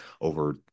over